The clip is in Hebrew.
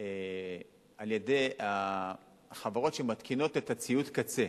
על-ידי החברות שמתקינות את ציוד הקצה.